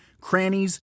crannies